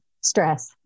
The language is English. stress